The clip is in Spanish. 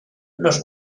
los